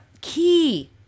Key